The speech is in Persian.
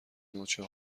نوچه